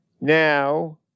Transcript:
now